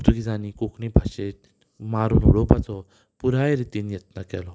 पुर्तुगेजांनी कोंकणी भाशेक मारून उडोवपाचो पुराय रितीन यत्न केलो